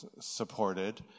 supported